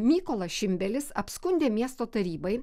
mykolas šimbelis apskundė miesto tarybai